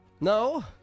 No